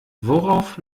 worauf